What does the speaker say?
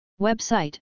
Website